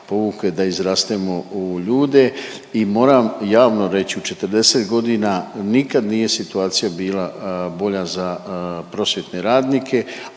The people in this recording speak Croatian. da izrastemo u ljude i moram javno reći u 40 godina nikad nije situacija bila bolja za prosvjetne radnike,